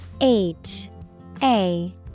H-A-